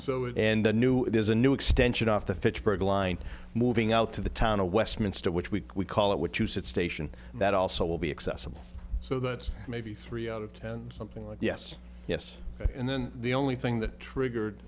it and the new there's a new extension off the fitchburg line moving out to the town of westminster which we call it what use it station that also will be accessible so that maybe three out of ten something like yes yes and then the only thing that triggered